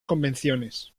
convenciones